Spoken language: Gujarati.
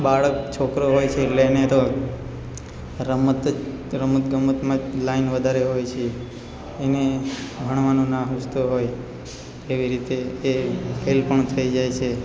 બાળક છોકરા હોય છે એટલે એને તો રમત રમત ગમતમાં લાઈન વધારે હોય છે એને ભણવાનું નામ તો હોય એવી રીતે એ ફેલ પણ થઈ જાય છે